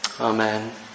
Amen